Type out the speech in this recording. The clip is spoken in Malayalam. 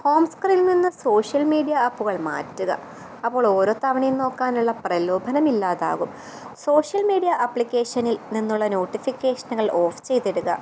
ഹോം സ്ക്രിൽനിന്ന് സോഷ്യൽ മീഡ്യ ആപ്പുകൾ മാറ്റുക അപ്പോൾ ഓരോ തവണയും നോക്കാനുള്ള പ്രലോഭനം ഇല്ലാതാവും സോഷ്യൽ മീഡിയ ആപ്ലിക്കേഷനിൽ നിന്നുള്ള നോട്ടിഫിക്കേഷനുകൾ ഓഫ് ചെയ്തിടുക